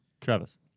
Travis